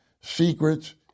secrets